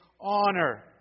honor